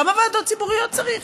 כמה ועדות ציבוריות צריך?